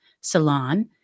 Salon